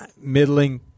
middling